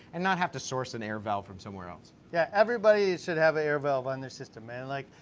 and not have to source an air valve from somewhere else. yeah, everybody should have a air valve on their system and like,